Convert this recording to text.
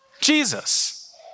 Jesus